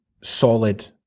solid